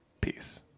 Peace